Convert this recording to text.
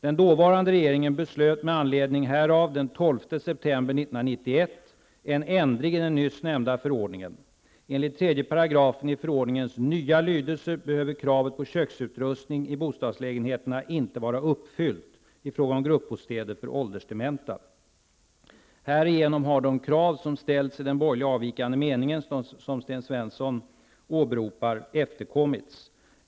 Härigenom har de krav som ställts av de borgerliga motionärerna med avvikande mening, som Sten Svensson åberopar, efterkommits.